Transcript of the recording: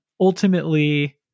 ultimately